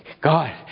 God